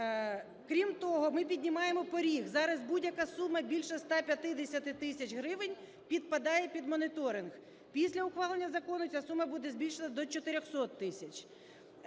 Крім того, ми піднімаємо поріг, зараз будь-яка сума більше 150 тисяч гривень підпадає під моніторинг. Після ухвалення закону ця сума буде збільшена до 400 тисяч.